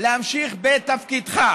להמשיך בתפקידך,